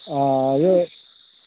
अँ यो